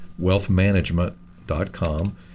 wealthmanagement.com